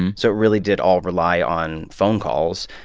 so it really did all rely on phone calls,